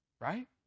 right